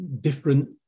different